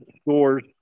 stores